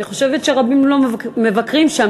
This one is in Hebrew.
אני חושבת שרבים לא מבקרים שם,